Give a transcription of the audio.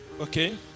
Okay